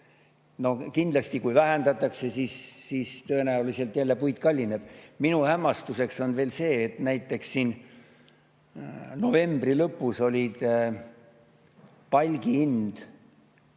Kindlasti, kui vähendatakse, siis tõenäoliselt puit jälle kallineb. Minu hämmastuseks on veel see, et näiteks novembri lõpus oli palgi hind